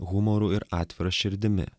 humoru ir atvira širdimi